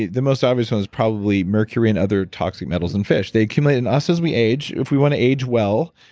the most obvious one is probably mercury and other toxic metals in fish. they accumulate in us as we age. if we want to age well,